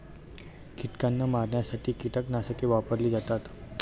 कीटकांना मारण्यासाठी कीटकनाशके वापरली जातात